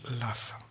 love